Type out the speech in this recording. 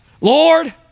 Lord